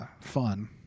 fun